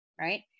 right